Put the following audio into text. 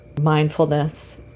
mindfulness